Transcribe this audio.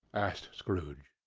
asked scrooge.